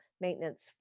maintenance